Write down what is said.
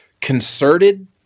concerted